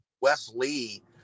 Wesley